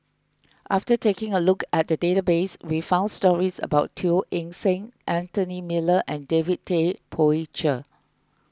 after taking a look at the database we found stories about Teo Eng Seng Anthony Miller and David Tay Poey Cher